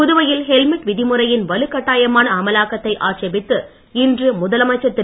புதுவையில் ஹெல்மெட் விதிமுறையின் வலுக் கட்டாயமான அமலாக்கத்தை ஆட்சேபித்து இன்று முதலமைச்சர் திரு